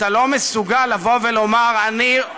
אתה לא מסוגל לומר: אני,